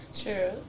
True